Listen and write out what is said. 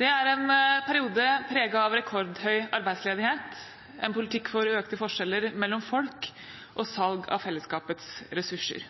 Det er en periode preget av rekordhøy arbeidsledighet, en politikk for økte forskjeller mellom folk og salg av fellesskapets ressurser.